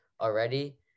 already